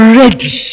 ready